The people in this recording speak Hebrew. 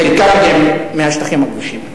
חלקם מגיעים מהשטחים הכבושים.